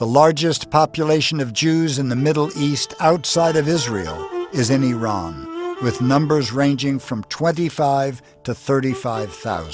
the largest population of jews in the middle east outside of israel is in iran with numbers ranging from twenty five to thirty five